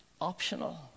optional